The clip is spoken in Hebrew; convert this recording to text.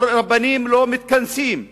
ואילו רבנים לא היו מתכנסים בהר-הבית,